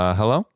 hello